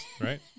right